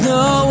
no